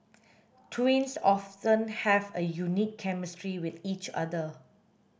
twins often have a unique chemistry with each other